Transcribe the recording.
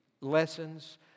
lessons